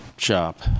Shop